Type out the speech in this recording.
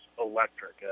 electric